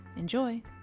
enjoy!